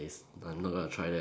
I'm not going to try that again